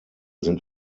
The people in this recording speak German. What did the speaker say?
sind